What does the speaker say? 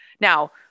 Now